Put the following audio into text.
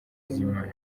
z’imana